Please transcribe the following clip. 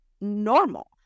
normal